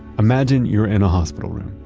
imagine you're in a hospital room,